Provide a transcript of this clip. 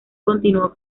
continuó